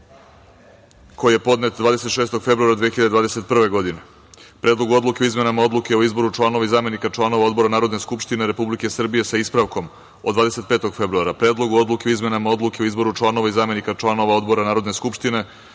koji je podnet 26. februara 2021. godine, Predlogu odluke o izmenama Odluke o izboru članova i zamenika članova odbora Narodne skupštine Republike Srbije, sa ispravkom, od 25. februara 2021. godine, Predlogu odluke o izmenama Odluke o izboru članova i zamenika članova odbora Narodne skupštine